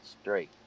straight